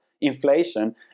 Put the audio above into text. inflation